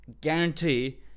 Guarantee